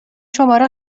شماره